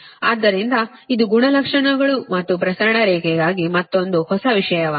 ಆದ್ದರಿಂದ ಇದು ಗುಣಲಕ್ಷಣಗಳು ಮತ್ತು ಪ್ರಸರಣ ರೇಖೆಗಾಗಿ ಮತ್ತೊಂದು ಹೊಸ ವಿಷಯವಾಗಿದೆ